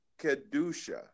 kedusha